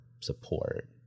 support